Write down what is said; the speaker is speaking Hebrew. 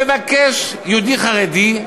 מבקש יהודי חרדי,